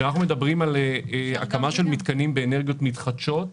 כשאנחנו מדברים על הקמה של מתקנים באנרגיות מתחדשות,